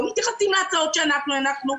לא מתייחסים להצעות שאנחנו הנחנו.